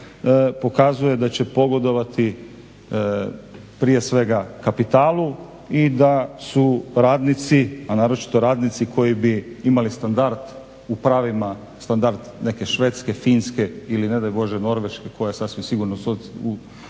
pokazuje da će pogodovati prije svega kapitalu i da su radnici, a naročito radnici koji bi imali standard u pravima, standard neke Švedske, Finske ili ne daj Bože Norveške koja sasvim sigurno su